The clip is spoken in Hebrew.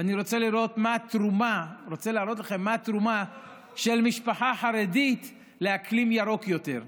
ואני רוצה להראות לכם מה התרומה של משפחה חרדית לאקלים ירוק יותר.